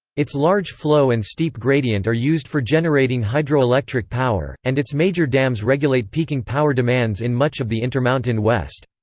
its large flow and steep gradient are used for generating hydroelectric power, and its major dams regulate peaking power demands in much of the intermountain west.